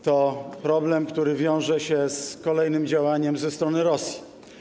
To problem, który wiąże się z kolejnym działaniem ze strony Rosji.